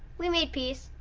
we made peace,